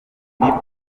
nyine